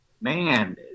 man